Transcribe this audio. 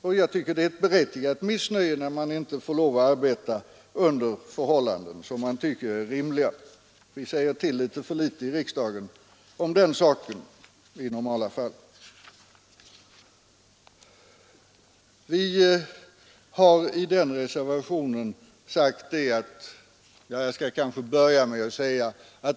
Och jag tycker att det är berättigat att uttrycka missnöje över att man inte får arbeta under förhållanden som är rimliga. Vi säger ifrån för litet i riksdagen om sådana saker.